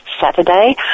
Saturday